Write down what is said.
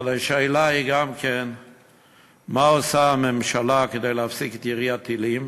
אבל השאלה היא גם מה עושה הממשלה כדי להפסיק את ירי הטילים,